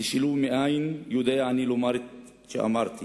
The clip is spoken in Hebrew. תשאלו מאין יודע אני לומר את שאמרתי